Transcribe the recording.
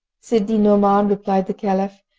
sidi-nouman, replied the caliph,